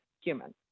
human